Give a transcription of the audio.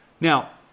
Now